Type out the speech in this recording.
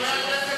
חבר הכנסת